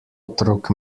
otrok